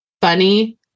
funny